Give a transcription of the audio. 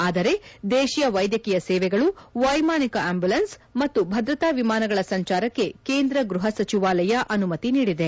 ಆದರೆ ದೇಶೀಯ ವೈದ್ಯಕೀಯ ಸೇವೆಗಳು ವೈಮಾನಿಕ ಆಂಬುಲೆನ್ಸ್ ಮತ್ತು ಭದ್ರತಾ ವಿಮಾನಗಳ ಸಂಚಾರಕ್ಕೆ ಕೇಂದ್ರ ಗ್ಬಹ ಸಚಿವಾಲಯ ಅನುಮತಿ ನೀಡಿದೆ